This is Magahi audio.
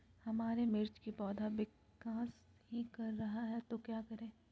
हमारे मिर्च कि पौधा विकास ही कर रहा है तो क्या करे?